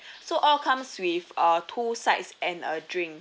so all comes with uh two sides and a drink